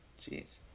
Jeez